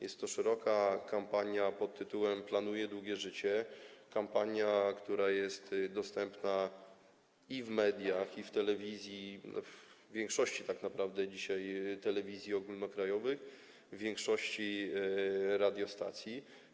Jest to szeroka kampania pt. „Planuję długie życie”, kampania, która jest obecna w mediach, w telewizji, w większości tak naprawdę telewizji ogólnokrajowych, w większości radiostacji.